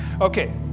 Okay